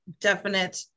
definite